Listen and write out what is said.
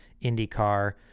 IndyCar